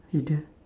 you don't